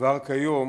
כבר כיום